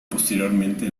posteriormente